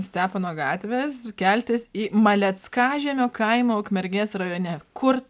stepono gatvės keltis į maleckažemio kaimą ukmergės rajone kur